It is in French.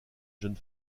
jeune